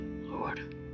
Lord